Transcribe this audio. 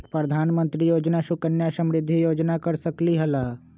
प्रधानमंत्री योजना सुकन्या समृद्धि योजना कर सकलीहल?